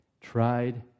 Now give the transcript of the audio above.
tried